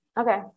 Okay